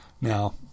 Now